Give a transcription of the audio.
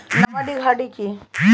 Nomadic hardy কি?